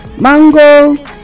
mango